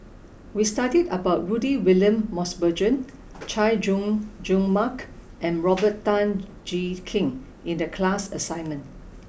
we studied about Rudy William Mosbergen Chay Jung Jun Mark and Robert Tan Jee Keng in the class assignment